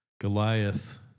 Goliath